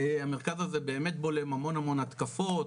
המרכז הזה באמת בולם המון המון התקפות,